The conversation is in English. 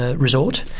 ah resort,